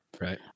Right